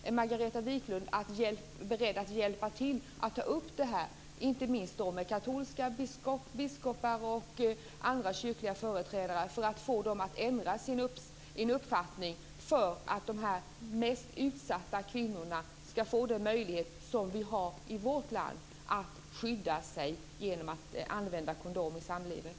Är Margareta Viklund beredd att hjälpa till att ta upp detta, inte minst med katolska biskopar och andra kyrkliga företrädare för att få dem att ändra sin uppfattning, så att de mest utsatta kvinnorna ska få den möjlighet som vi har i vårt land att skydda sig genom att använda kondom i samlivet?